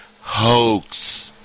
hoax